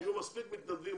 יהיו מספיק מתנדבים,